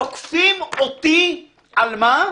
תוקפים אותי, על מה?